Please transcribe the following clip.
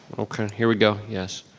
okay, here we go, yes.